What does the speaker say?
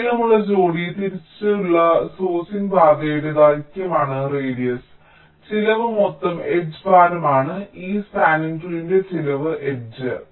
നീളമുള്ള ജോഡി തിരിച്ചുള്ള സോഴ്സിംഗ് പാതയുടെ ദൈർഘ്യമാണ് റേഡിയസ് ചെലവ് മൊത്തം എഡ്ജ് ഭാരമാണ് ഈ സ്പാനിങ് ട്രീന്റെ ചില എഡ്ജ്